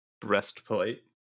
breastplate